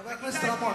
חבר הכנסת רמון,